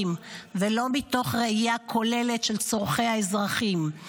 ולא מתוך ראייה כוללת של צורכי האזרחים.